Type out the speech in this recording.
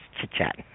chit-chat